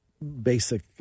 basic